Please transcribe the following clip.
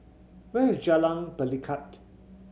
where is Jalan Pelikat